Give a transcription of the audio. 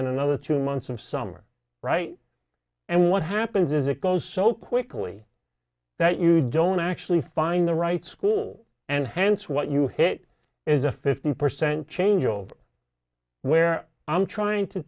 then another two months of summer right and what happens is it goes so quickly that you don't actually find the right school and hence what you hit is a fifteen percent change over where i'm trying to